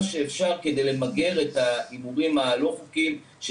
שאפשר כדי למגר את ההימורים הלא חוקיים,